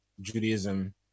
judaism